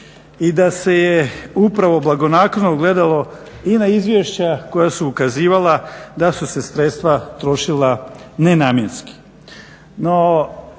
i da se je upravo blagonaklono gledalo i na izvješća koja su ukazivala da su se sredstva trošila ne namjenski.